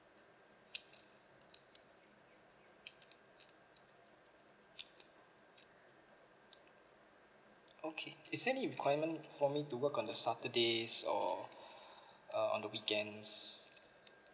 okay is there any requirement for me to work on the saturdays or uh on the weekends